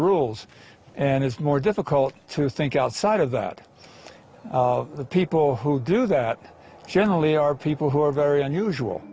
rules and it's more difficult to think outside of that the people who do that generally are people who are very